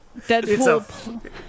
Deadpool